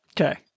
Okay